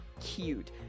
cute